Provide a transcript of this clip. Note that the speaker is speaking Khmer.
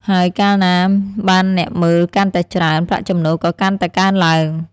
ហើយកាលណាមានអ្នកមើលកាន់តែច្រើន ប្រាក់ចំណូលក៏កាន់តែកើនឡើង។